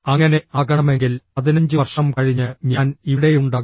അങ്ങനെ ആകണമെങ്കിൽ 15 വർഷം കഴിഞ്ഞ് ഞാൻ ഇവിടെയുണ്ടാകും